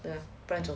不要做